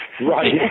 Right